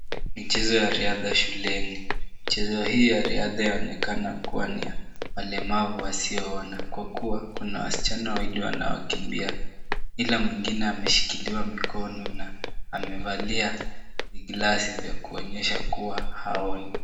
Michezo ya riadha shuleni, michezo hii ya riadha yaonekana kuwa ni ya walemavu wasioona kwa kuwa, kuna wasichana wawili wanaokimbia ila mwingine ameshikiliwa mkono na amevalia glasi vya kuonyesha kuwa haoni.